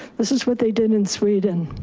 this is what they did in sweden,